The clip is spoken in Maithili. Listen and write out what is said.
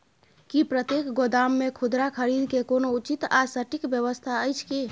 की प्रतेक गोदाम मे खुदरा खरीद के कोनो उचित आ सटिक व्यवस्था अछि की?